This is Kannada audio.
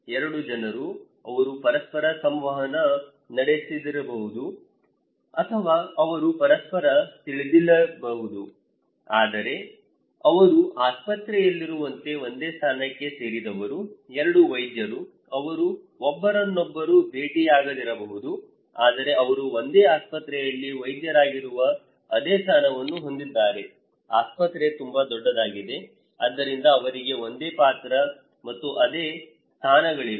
2 ಜನರು ಅವರು ಪರಸ್ಪರ ಸಂವಹನ ನಡೆಸದಿರಬಹುದು ಅಥವಾ ಅವರು ಪರಸ್ಪರ ತಿಳಿದಿಲ್ಲದಿರಬಹುದು ಆದರೆ ಅವರು ಆಸ್ಪತ್ರೆಯಲ್ಲಿರುವಂತೆ ಒಂದೇ ಸ್ಥಾನಕ್ಕೆ ಸೇರಿದವರು 2 ವೈದ್ಯರು ಅವರು ಒಬ್ಬರನ್ನೊಬ್ಬರು ಭೇಟಿಯಾಗದಿರಬಹುದು ಆದರೆ ಅವರು ಒಂದೇ ಆಸ್ಪತ್ರೆಯಲ್ಲಿ ವೈದ್ಯರಾಗಿರುವ ಅದೇ ಸ್ಥಾನವನ್ನು ಹೊಂದಿದ್ದಾರೆ ಆಸ್ಪತ್ರೆ ತುಂಬಾ ದೊಡ್ಡದಾಗಿದೆ ಆದ್ದರಿಂದ ಅವರಿಗೆ ಒಂದೇ ಪಾತ್ರ ಮತ್ತು ಅದೇ ಸ್ಥಾನಗಳಿವೆ